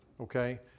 Okay